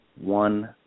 one